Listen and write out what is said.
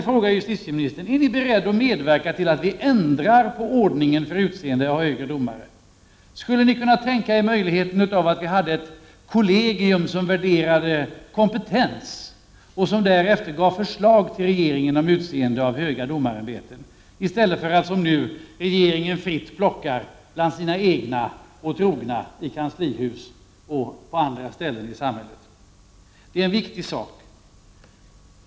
Är justitieministern beredd att medverka till att vi ändrar på ordningen för utseende av högre domare? Skulle justitieministern kunna tänka sig möjligheten med ett kollegium som värderar kompetens och därefter ger förslag till regeringen när det gäller utnämnande av höga domartjänster? Som det är nu kan regeringen faktiskt plocka fritt bland sina egna trogna i kanslihuset och på andra håll i samhället. Detta är en viktig fråga.